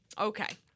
Okay